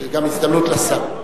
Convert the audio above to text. זו גם הזדמנות לשר.